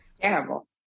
Terrible